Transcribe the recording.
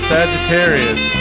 Sagittarius